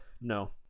No